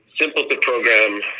simple-to-program